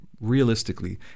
Realistically